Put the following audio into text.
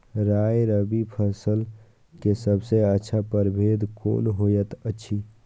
राय रबि फसल के सबसे अच्छा परभेद कोन होयत अछि?